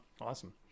awesome